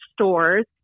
stores